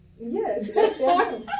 Yes